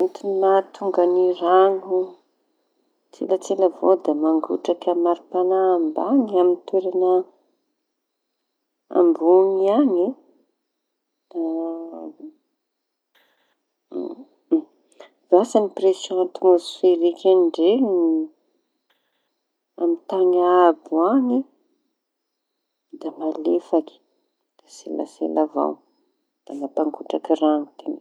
Ny antony mahatonga ny raño tselatsela avao da mangotraky amy paripaña ambañy amy toerañ amboñy añy e! Da vasa ny piresiô atmôsiferiky ndreo amy tañy haabo da malefaky da tselatsela avao da mampangotraky raño.